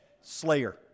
slayer